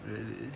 really